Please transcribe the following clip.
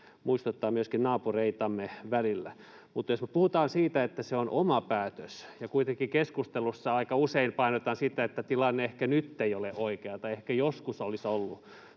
muistuttaa myöskin naapureitamme välillä. Mutta jos me puhumme siitä, että se on oma päätös ja kuitenkin keskustelussa aika usein painotetaan sitä, että tilanne ehkä nyt ei ole oikea tai ehkä joskus olisi ollut